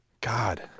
God